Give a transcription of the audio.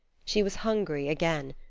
she was hungry again,